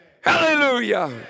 Hallelujah